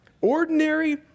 Ordinary